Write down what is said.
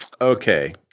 okay